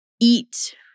eat